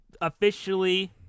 officially